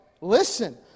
listen